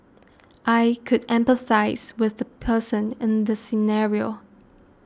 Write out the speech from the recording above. I could empathise with the person in the scenario